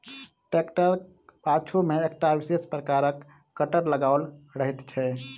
ट्रेक्टरक पाछू मे एकटा विशेष प्रकारक कटर लगाओल रहैत छै